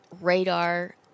radar